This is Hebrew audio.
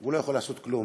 הוא לא יכול לעשות כלום,